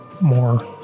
more